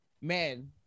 Man